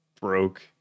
broke